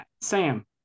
Sam